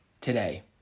Today